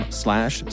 slash